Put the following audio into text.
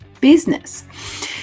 business